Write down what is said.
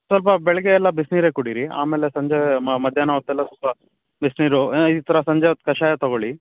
ಸ್ವಲ್ಪ ಬೆಳಗ್ಗೆ ಎಲ್ಲ ಬಿಸಿನೀರೇ ಕುಡೀರಿ ಆಮೇಲೆ ಸಂಜೆ ಮಧ್ಯಾಹ್ನ ಹೊತ್ತೆಲ್ಲ ಸ್ವಲ್ಪ ಬಿಸಿನೀರು ಈ ಥರ ಸಂಜೆ ಹೊತ್ತು ಕಷಾಯ ತಗೊಳ್ಳಿ